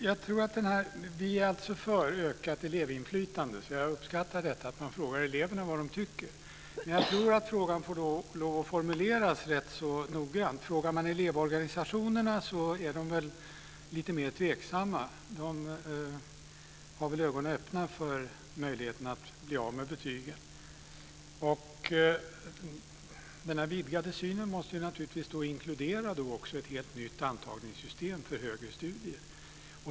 Fru talman! Vi är alltså för ökat elevinflytande, så jag uppskattar att man frågar eleverna vad de tycker. Men jag tror att frågan får lov att formuleras rätt noggrant. Frågar man elevorganisationerna förstår man att de är lite mer tveksamma. De har väl ögonen öppna för möjligheterna att bli av med betygen. Den vidgade synen måste naturligtvis inkludera ett helt nytt antagningssystem för högre studier.